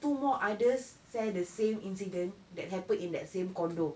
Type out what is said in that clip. two more others share the same incident that happened in that same condo